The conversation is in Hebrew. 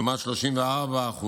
כלומר 34%